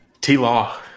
T-Law